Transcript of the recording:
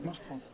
ככה זה.